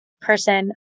person